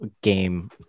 game